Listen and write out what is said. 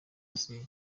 hussein